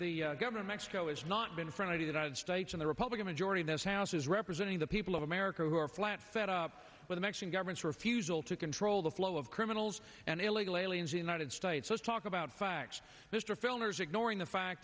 the government still has not been front of the united states in the republican majority in this house is representing the people of america who are flat fed up with mexican government's refusal to control the flow of criminals and illegal aliens united states let's talk about facts mr filner is ignoring the fact